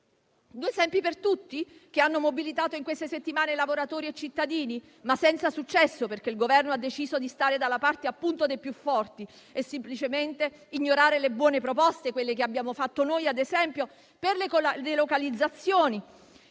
due esempi per tutti, che hanno mobilitato in queste settimane lavoratori e cittadini, ma senza successo, perché il Governo ha deciso di stare dalla parte dei più forti e semplicemente ignorare le buone proposte, come quelle che abbiamo fatto noi. Mi riferisco, in